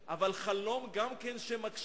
לארץ-ישראל הן לא רק עניין של מלים ודרשות